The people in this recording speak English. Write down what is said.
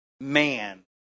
man